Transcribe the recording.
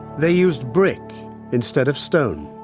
they used brick instead of stone